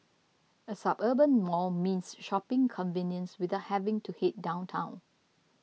a suburban mall means shopping convenience without having to head downtown